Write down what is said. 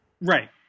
right